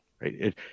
right